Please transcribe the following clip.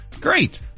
great